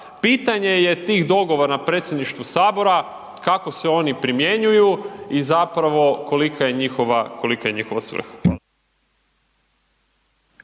pitanje je tih dogovora na predsjedništvu sabora kako se oni primjenjuju i zapravo kolika je njihova,